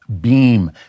Beam